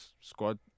squad